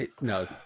no